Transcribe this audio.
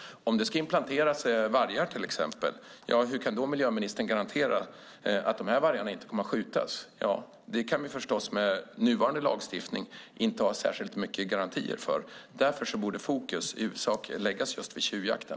Om det till exempel ska inplanteras vargar, hur kan miljöministern garantera att dessa inte kommer att skjutas? Det kan vi förstås med nuvarande lagstiftning inte ha särskilt mycket garantier för. Därför borde fokus i huvudsak läggas just på tjuvjakten.